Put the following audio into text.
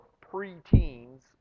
pre-teens